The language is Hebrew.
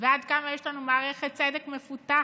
ועד כמה יש לנו מערכת צדק מפותחת.